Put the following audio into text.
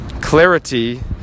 Clarity